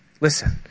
Listen